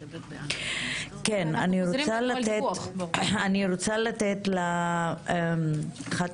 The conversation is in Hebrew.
אני רוצה לתת את רשות הדיבור לאחת